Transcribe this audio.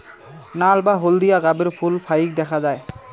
নাল বা হলদিয়া গাবের ফুল ফাইক দ্যাখ্যা যায়